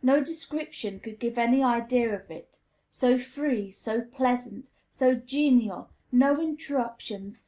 no description could give any idea of it so free, so pleasant, so genial, no interruptions,